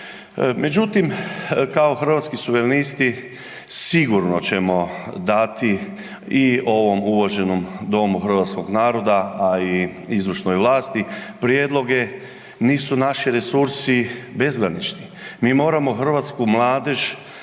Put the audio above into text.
Međutim, kao Hrvatski suverenisti sigurno ćemo dati i ovom uvaženom Domu Hrvatskoga naroda, a i izvršnoj vlasti prijedloge. Nisu naši resursi bezgranični. Mi moramo hrvatsku mladež